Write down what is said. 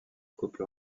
couple